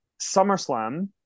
SummerSlam